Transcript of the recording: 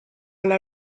alla